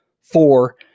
Four